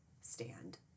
stand